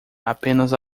apenas